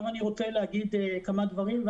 אני רוצה לומר כמה דברים.